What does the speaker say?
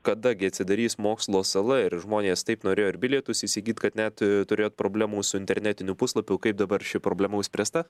kada gi atsidarys mokslo sala ir žmonės taip norėjo ir bilietus įsigyt kad net turėjot problemų su internetiniu puslapiu kaip dabar ši problema išspręsta